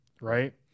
right